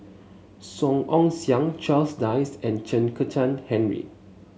Song Ong Siang Charles Dyce and Chen Kezhan Henri